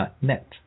net